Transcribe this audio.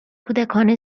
کودکان